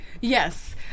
Yes